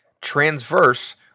Transverse